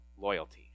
loyalty